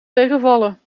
tegenvallen